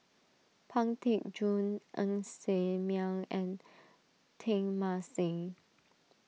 Pang Teck Joon Ng Ser Miang and Teng Mah Seng